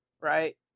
right